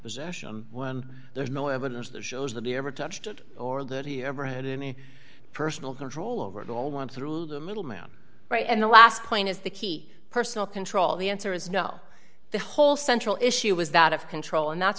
possession when there's no evidence that shows that he ever touched it or that he ever had any personal control over it all want to rule the middle man right and the last point is the key personal control the answer is no the whole central issue was that of control and that's